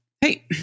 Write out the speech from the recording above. hey